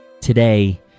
Today